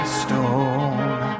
stone